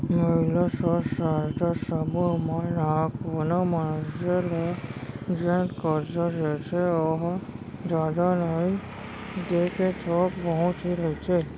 महिला स्व सहायता समूह मन ह कोनो मनसे ल जेन करजा देथे ओहा जादा नइ देके थोक बहुत ही रहिथे